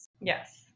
Yes